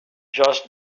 just